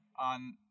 on